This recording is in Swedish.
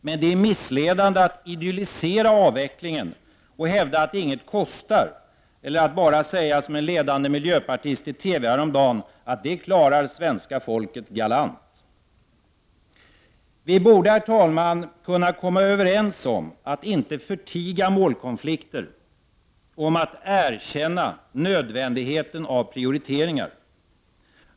Men det är missledande att idyllisera avvecklingen och hävda att den inget kostar, eller att bara säga, som en ledande miljöpartist i TV häromdagen, att ”det klarar svenska folket galant”. Herr talman! Vi borde kunna komma överens om att inte förtiga målkonflikter och att erkänna nödvändigheten av prioriteringar.